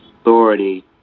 Authority